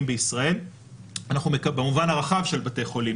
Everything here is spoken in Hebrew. בישראל - במובן הרחב של בתי חולים,